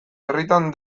herritan